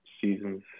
seasons